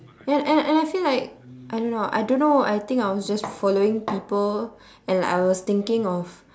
and and and I feel like I don't know I don't know I think I was just following people and like I was thinking of